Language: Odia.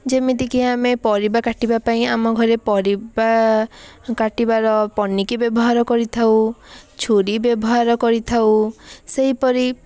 ଯେମିତିକି ଆମେ ପରିବା କାଟିବା ପାଇଁ ଆମ ଘରେ ପରିବା କାଟିବାର ପନିକି ବ୍ୟବହାର କରିଥାଉ ଛୁରୀ ବ୍ୟବହାର କରିଥାଉ ସେଇପରି